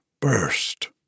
burst